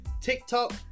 TikTok